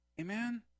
Amen